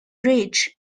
rich